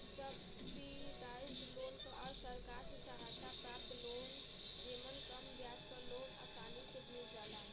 subsidised loan क अर्थ सरकार से सहायता प्राप्त लोन जेमन कम ब्याज पर लोन आसानी से मिल जाला